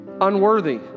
Unworthy